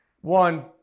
One